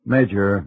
Major